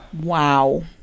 Wow